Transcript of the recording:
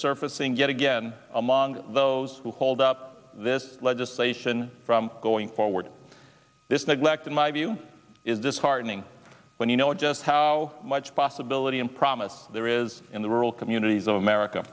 surfacing yet again among those who hold up this legislation going forward this neglect in my view is disheartening when you know just how much possibility and promise there is in the rural communities of america